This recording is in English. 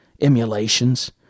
emulations